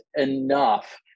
enough